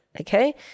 okay